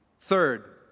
Third